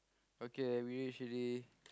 okay we reach already